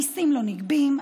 המיסים לא נגבים,